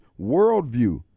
worldview